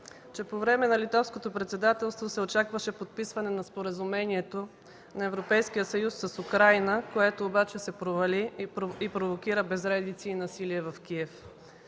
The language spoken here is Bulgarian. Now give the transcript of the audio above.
че по време на Литовското председателство се очакваше подписване на Споразумението на Европейския съюз с Украйна, което обаче се провали и провокира безредици и насилие в Киев.